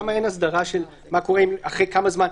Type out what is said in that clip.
שם אין הסדרה מה קורה אחרי כמה זמן.